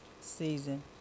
season